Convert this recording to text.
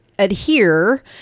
adhere